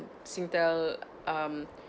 Singtel um